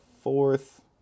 fourth